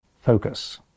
focus